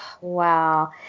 wow